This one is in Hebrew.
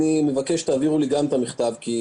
אני מבקש שתעבירו את המכתב גם אליי,